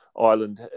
Ireland